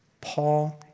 Paul